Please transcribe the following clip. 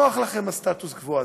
נוח לכם הסטטוס קוו הזה.